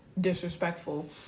disrespectful